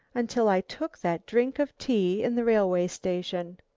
until i took that drink of tea in the railway station.